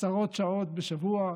עשרות שעות בשבוע,